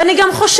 ואני גם חושבת,